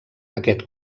aquest